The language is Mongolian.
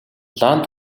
улаан